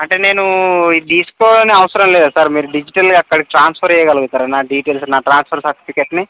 అంటే నేను ఇది తీసుకొని అవసరం లేదా సార్ మీరు డిజిటల్గా అక్కడికి ట్రాన్స్ఫర్ చేయగలుగుతారా అక్కడ నా డీటెయిల్స్ నా ట్రాన్స్ఫర్ సర్టిఫికేట్ని